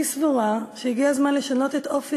אני סבורה שהגיע הזמן לשנות את אופי